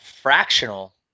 fractional